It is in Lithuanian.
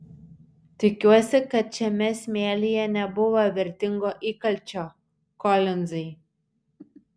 tikiuosi kad šiame smėlyje nebuvo vertingo įkalčio kolinzai